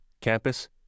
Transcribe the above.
campus